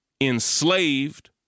enslaved